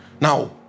Now